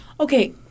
Okay